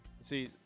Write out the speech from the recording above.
See